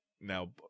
now